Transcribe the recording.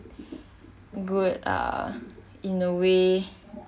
good uh in a way